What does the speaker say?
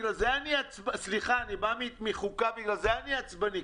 בגלל זה אני עצבני,